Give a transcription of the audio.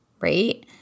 right